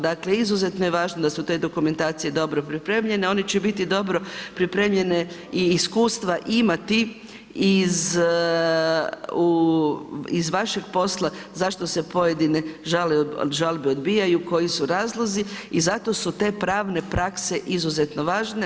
Dakle izuzetno je važno da su te dokumentacije dobro pripremljene, a one će biti dobro pripremljene i iskustva imati iz vašeg posla zašto se pojedine žalbe obijaju i koji su razlozi i zato su te pravne prakse izuzetno važne.